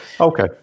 Okay